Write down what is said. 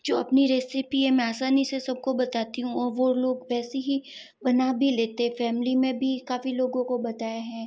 जो अपनी रेसिपी है मैं आसानी से सब को बताती हूँ और वो लोग वैसी ही बना भी लेते हैं फ़ैमिली में भी काफ़ी लोगों को बताया है